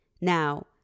Now